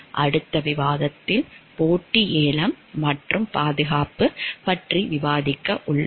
அடுத்த விவாதத்தில் போட்டி ஏலம் மற்றும் பாதுகாப்பு பற்றி விவாதிக்க உள்ளோம்